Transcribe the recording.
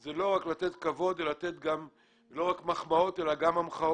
זה לא רק לתת כבוד, לא רק מחמאות, אלא גם המחאות